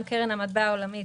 גם קרן המטבע העולמית,